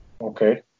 Okay